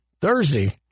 Thursday